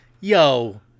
Yo